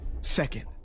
second